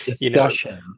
discussion